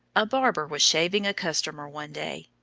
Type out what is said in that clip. a barber was shaving a customer one day,